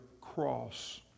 cross